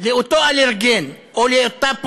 לאותו אלרגן או לאותה פעולה.